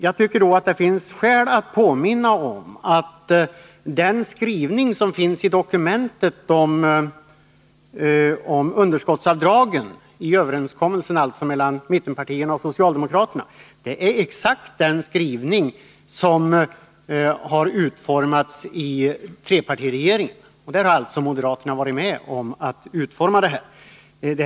Jag tycker då att det finns skäl att påminna om att den skrivning som finns om underskottsavdragen i överenskommelsen mellan mittenpartierna och socialdemokraterna är exakt den skrivning som har utformats av trepartiregeringen, där alltså moderaterna varit med om utformningen.